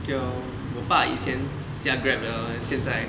okay lor 我把以前驾 Grab 的 then 现在